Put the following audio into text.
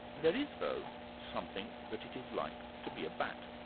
there is though something that it is like to be a bat.